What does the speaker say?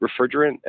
refrigerant